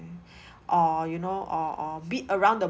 or you know or or beat around the